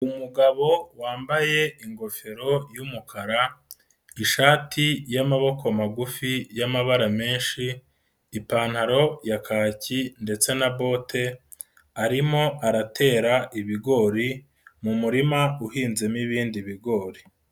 Umugabo wambaye ingofero y'umukara, ishati y'amaboko magufi y'amabara menshi, ipantaro ya kaki, ndetse na bote arimo aratera ibigori mu murima uhinzemo ibindi bigori.